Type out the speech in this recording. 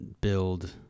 build